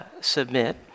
submit